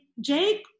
Jake